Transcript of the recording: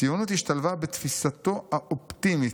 הציונות השתלבה בתפיסתו האופטימית,